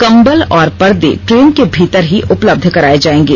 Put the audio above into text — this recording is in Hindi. कम्बल और परदे ट्रेन के भीतर ही उपलब्ध कराए जाएंगे